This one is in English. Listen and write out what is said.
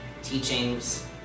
teachings